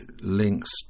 links